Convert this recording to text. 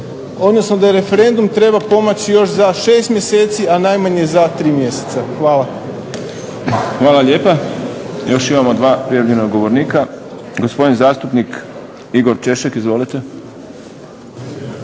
odnosno da referendum treba pomaći još za 6 mjeseci a najmanje za tri mjeseca. Hvala. **Šprem, Boris (SDP)** Hvala lijepa. Još imamo dva prijavljena govornika, gospodin zastupnik Igor Češek. Izvolite.